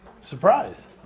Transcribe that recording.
Surprise